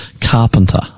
carpenter